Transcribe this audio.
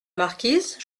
marquise